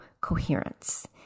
coherence